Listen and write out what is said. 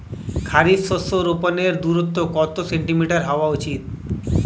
খারিফ শস্য রোপনের দূরত্ব কত সেন্টিমিটার হওয়া উচিৎ?